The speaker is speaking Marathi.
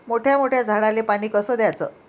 मोठ्या मोठ्या झाडांले पानी कस द्याचं?